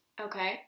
Okay